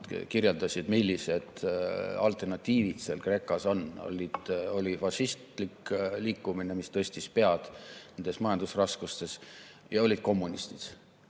kirjeldasid, millised alternatiivid Kreekas on. Oli fašistlik liikumine, mis tõstis pead nendes majandusraskustes, ja olid kommunistid.